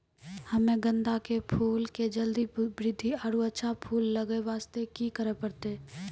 हम्मे गेंदा के फूल के जल्दी बृद्धि आरु अच्छा फूल लगय वास्ते की करे परतै?